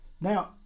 now